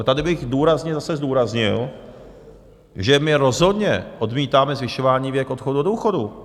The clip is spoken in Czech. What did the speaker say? Ale tady bych důrazně zase zdůraznil, že my rozhodně odmítáme zvyšování věku odchodu do důchodu.